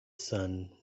sun